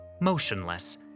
motionless